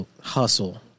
hustle